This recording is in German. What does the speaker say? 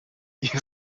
ihr